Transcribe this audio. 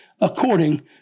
according